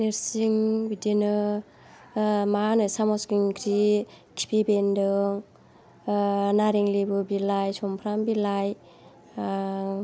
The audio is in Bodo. नोरसिं बिदिनो मा होनो साम' केंक्रि खिफि बेन्दों नारें लेबु बिलाइ सुमफ्राम बिलाइ